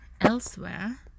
Elsewhere